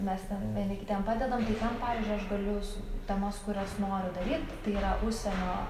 mes ten vieni kitiem padedam tai ten pavyzdžiui aš galiu su temas kurias noriu daryt tai yra užsienio